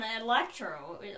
Electro